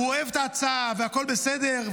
הוא אוהב את ההצעה והכול בסדר,